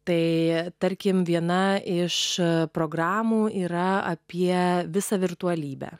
tai tarkim viena iš programų yra apie visą virtualybę